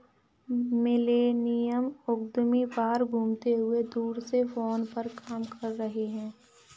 millennial उद्यमी बाहर घूमते हुए दूर से फोन पर काम कर रहे हैं